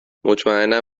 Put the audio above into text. مطمئنم